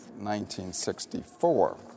1964